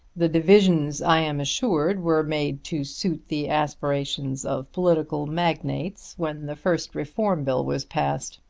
the divisions i am assured were made to suit the aspirations of political magnates when the first reform bill was passed!